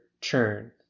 churn